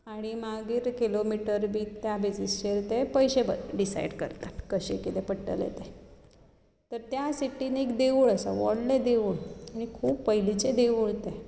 आनी मागीर किलोमिटर बी त्या बेसीसचेर ते पयशे डिसाय्ड करतात कशें कितें पडटलें तें तर त्या सिटींत एक देवूळ आसा व्हडलें देवूळ आनी खूब पयलींचें देवूळ तें